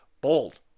bold